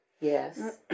Yes